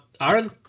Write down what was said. Aaron